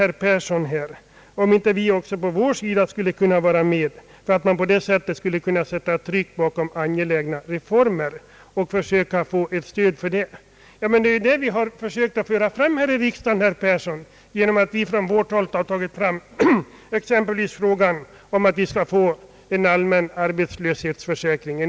Herr Persson efterlyste om inte också vi skulle kunna vara med och stödja angelägna reformer för att på det viset sätta kraft bakom kraven. Ja, men det är ju detta vi försöker göra här i riksdagen, herr Persson, när vi från vårt håll aktualiserat exempelvis önskemålet om utredning i syfte att få en allmän arbetslöshetsförsäkring.